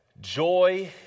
Joy